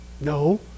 No